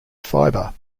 fiber